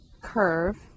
curve